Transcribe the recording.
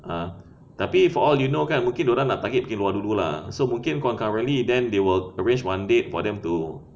ah tapi for all you know kan mungkin dia orang nak target pergi luar dulu lah so mungkin concurrently then they will arrange one date for them to